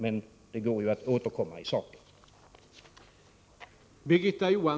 Men det går ju att återkomma i saken.